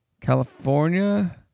California